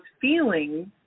feelings